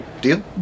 Deal